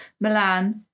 Milan